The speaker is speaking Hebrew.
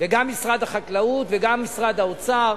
גם משרד החקלאות וגם משרד האוצר